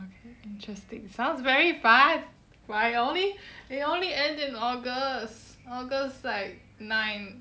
okay interesting sounds very fun why only they only end in august august like nine